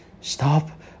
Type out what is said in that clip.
Stop